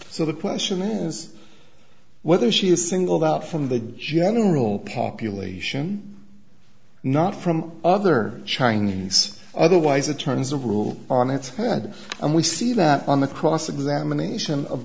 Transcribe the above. so the question is whether she was singled out from the general population not from other chinese otherwise it turns the rule on its head and we see that on the cross examination of